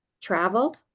traveled